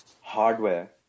hardware